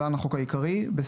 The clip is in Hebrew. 50)